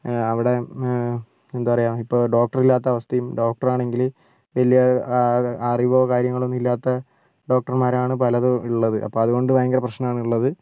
അവിടെ എന്താപറയാ ഇപ്പം ഡോക്ടറില്ലാത്ത അവസ്ഥയും ഡോക്ടറാണെങ്കിൽ വലിയ അറിവോ കാര്യങ്ങളൊന്നും ഇല്ലാത്ത ഡോക്ടർമാരാണ് പലതും ഉള്ളത് അപ്പോൾ അതുകൊണ്ട് ഭയങ്കര പ്രശ്നമാണ് ഉള്ളത്